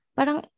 Parang